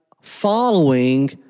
following